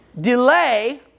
delay